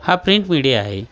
हा print media आहे